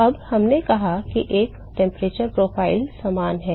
अब हमने कहा कि एक तापमान प्रोफ़ाइल समान है